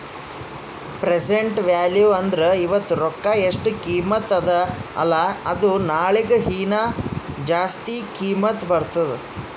present value ಅಂದುರ್ ಇವತ್ತ ರೊಕ್ಕಾ ಎಸ್ಟ್ ಕಿಮತ್ತ ಅದ ಅಲ್ಲಾ ಅದು ನಾಳಿಗ ಹೀನಾ ಜಾಸ್ತಿ ಕಿಮ್ಮತ್ ಬರ್ತುದ್